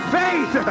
faith